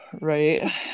Right